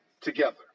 together